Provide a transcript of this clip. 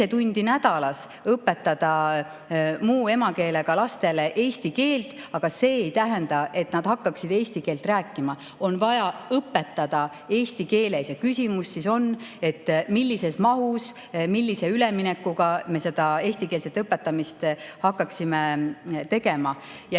tundi nädalas õpetada muu emakeelega lastele eesti keelt, aga see ei tähenda, et nad hakkavad eesti keelt rääkima. On vaja õpetada eesti keeles ja küsimus on, millises mahus, millise üleminekuga me seda eestikeelset õpetamist hakkaksime tegema.